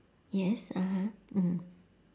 yes (uh huh) mm